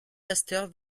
pasteur